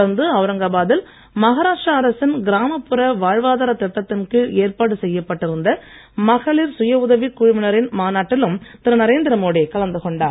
தொடர்ந்து ஒளரங்காபாத்தில் மகாராஷ்டிர அரசின் கிராமப்புற வாழ்வாதார திட்டத்தின் கீழ் ஏற்பாடு செய்யப்பட்டிருந்த மகளிர் சுய உதவிக் குழுவினரின் மாநாட்டிலும் திரு நரேந்திரமோடி கலந்து கொண்டார்